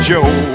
Joe